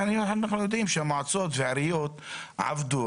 אנחנו יודעים שהמועצות והעיריות עבדו.